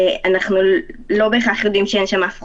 אנחנו לא בהכרח יודעים שאין שם אף חולה.